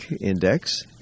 index